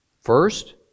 First